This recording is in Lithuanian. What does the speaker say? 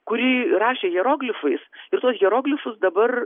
kuri rašė hieroglifais ir tuos hieroglifus dabar